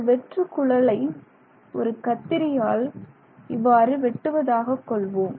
இந்த வெற்று குழலை ஒரு கத்திரியால் இவ்வாறு வெட்டுவதாக கொள்வோம்